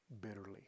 bitterly